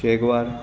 jaguar